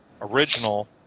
original